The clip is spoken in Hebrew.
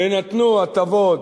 ונתנו הטבות